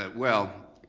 ah well.